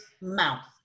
mouth